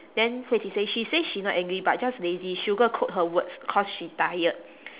then hui ting say she say she not angry but just lazy she will go and quote her words cause she tired